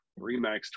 REMAX